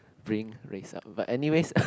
bring race up but anyways